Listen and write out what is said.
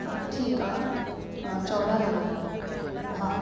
हा ठीकु आहे अ चोॾहं लॻायो हा